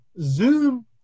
Zoom